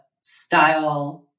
style